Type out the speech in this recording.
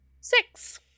Six